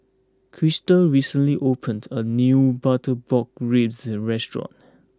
Crysta recently opened a new Butter Pork Ribs restaurant